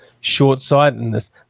short-sightedness